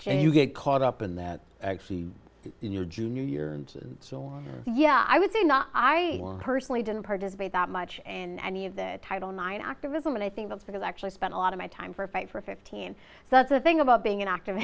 you get caught up in that your junior year and your yeah i would say not i personally didn't participate that much in any of the title nine activism and i think that's because i actually spent a lot of my time for a fight for fifteen so that's the thing about being an actor